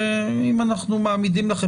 אם אנחנו מעמידים לכם,